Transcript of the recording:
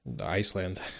Iceland